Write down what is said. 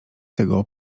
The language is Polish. tego